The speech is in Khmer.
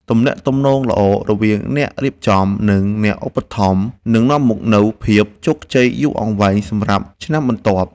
ទំនាក់ទំនងល្អរវាងអ្នករៀបចំ និង អ្នកឧបត្ថម្ភនឹងនាំមកនូវភាពជោគជ័យយូរអង្វែងសម្រាប់ឆ្នាំបន្តបន្ទាប់។